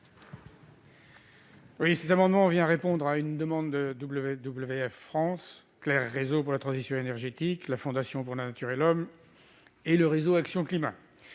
Cet amendement vise à répondre à une demande de WWF France, de CLER-Réseau pour la transition énergétique, de la Fondation pour la nature et l'homme et du Réseau Action Climat.